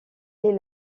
est